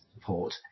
support